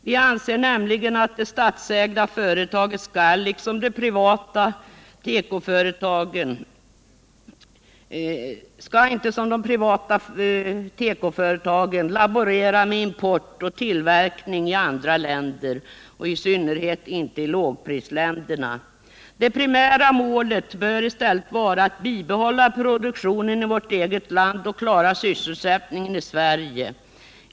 Vi anser nämligen att det statsägda företaget inte skall, som de privata tekoföretagen, laborera med import och tillverkning i andra länder, i synnerhet inte i lågprisländerna. Det primära målet bör i stället vara att bibehålla produktionen i vårt eget land och klara sysselsättningen i Sverige.